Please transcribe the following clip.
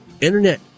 Internet